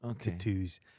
tattoos